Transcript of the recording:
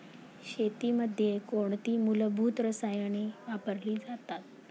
शेतीमध्ये कोणती मूलभूत रसायने वापरली जातात?